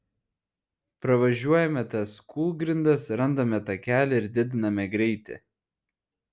pravažiuojame tas kūlgrindas randame takelį ir didiname greitį